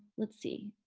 let's see.